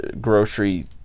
grocery